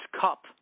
cup